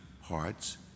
hearts